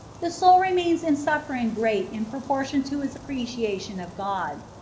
the soul remains in suffering great in pro portion to its appreciation of god.